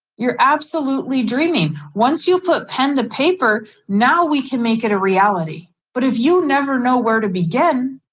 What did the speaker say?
you're absolutely dreaming. once you put pen to paper, now we can make it a reality. but if you never know where to begin,